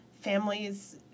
families –